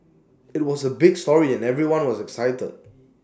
IT was A big story and everyone was excited